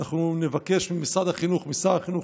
אנחנו נבקש ממשרד החינוך ומשר החינוך